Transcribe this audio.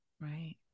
Right